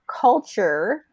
culture